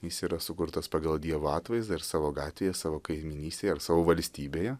jis yra sukurtas pagal dievo atvaizdą ir savo gatvėje savo kaimynystėje ar savo valstybėje